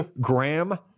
Graham